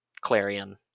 Clarion